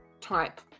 type